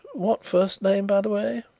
what first name, by the way?